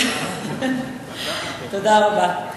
תודה רבה.